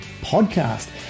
Podcast